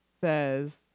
says